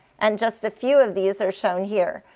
and just a few of these are shown here.